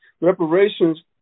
Reparations